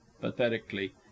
pathetically